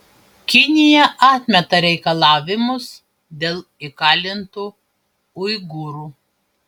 kinija atmeta reikalavimus dėl įkalintų uigūrų